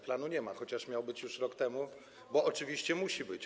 planu nie ma, chociaż miał być już rok temu, bo oczywiście musi być.